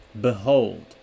Behold